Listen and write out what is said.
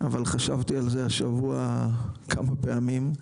אבל חשבתי על זה השבוע כמה פעמים.